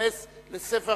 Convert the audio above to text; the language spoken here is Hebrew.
אדוני יוסיף